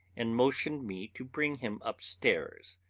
and motioned me to bring him upstairs.